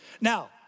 Now